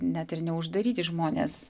net ir neuždaryti žmonės